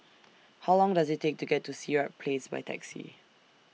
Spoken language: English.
How Long Does IT Take to get to Sirat Place By Taxi